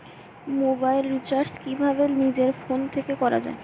Mobile recharge কিভাবে নিজের phone থেকে করা য়ায়?